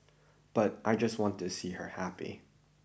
but I just want to see her happy